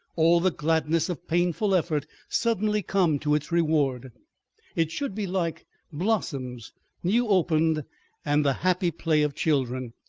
all the gladness of painful effort suddenly come to its reward it should be like blossoms new opened and the happy play of children,